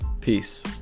Peace